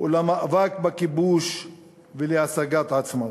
ולמאבק בכיבוש ולהשגת עצמאות.